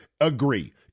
agree